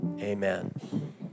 Amen